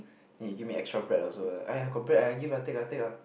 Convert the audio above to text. then he give me extra bread also aiyah got bread ah I give lah take lah take lah